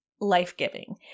life-giving